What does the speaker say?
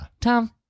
Tom